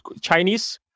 Chinese